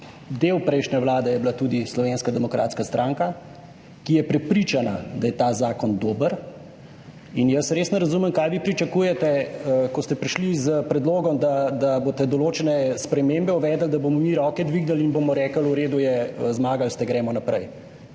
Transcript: del prejšnje Vlade je bila tudi Slovenska demokratska stranka, ki je prepričana, da je ta zakon dober in jaz res ne razumem kaj vi pričakujete, ko ste prišli s predlogom, da boste določene spremembe uvedli, da bomo mi roke dvignili in bomo rekli, v redu je, zmagali ste, gremo naprej.